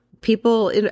People